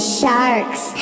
sharks